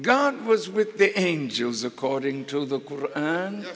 god was with the angels according to the